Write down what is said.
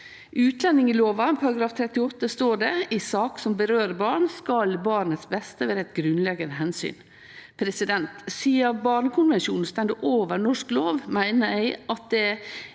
I utlendingslova § 38 står det: «I saker som berører barn, skal barnets beste være et grunnleggende hensyn.» Sidan barnekonvensjonen står over norsk lov, meiner eg at i